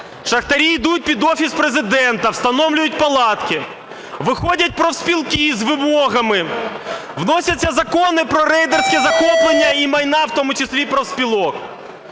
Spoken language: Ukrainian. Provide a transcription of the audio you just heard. шахтарі йдуть під Офіс Президента, встановлюють палатки. Виходять профспілки з вимогами, вносяться закони про рейдерське захоплення і майна у тому числі профспілок.